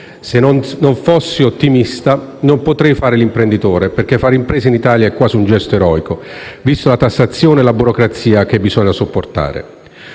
Se non fossi ottimista non potrei fare l'imprenditore, perché fare impresa in Italia è quasi un gesto eroico, vista la tassazione e la burocrazia che bisogna sopportare.